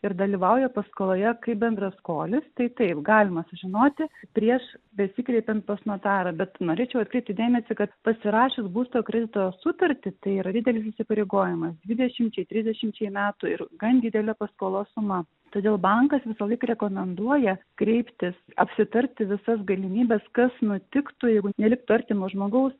ir dalyvauja paskoloje kaip bendraskolis tai taip galima sužinoti prieš besikreipiant pas notarą bet norėčiau atkreipti dėmesį kad pasirašius būsto kredito sutartį tai yra didelis įsipareigojimas dvidešimčiai trisdešimčiai metų ir gan didelė paskolos suma todėl bankas visąlaik rekomenduoja kreiptis apsitarti visas galimybes kas nutiktų jeigu neliktų artimo žmogaus